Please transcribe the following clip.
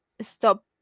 stop